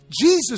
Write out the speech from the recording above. Jesus